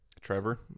Trevor